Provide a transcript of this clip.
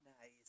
Nice